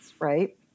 Right